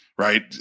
Right